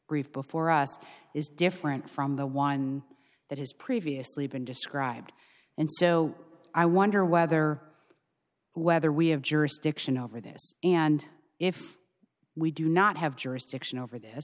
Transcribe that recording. brief before us is different from the one that has previously been described and so i wonder whether whether we have jurisdiction over this and if we do not have jurisdiction over th